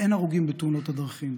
ואין הרוגים בתאונות הדרכים.